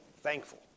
thankful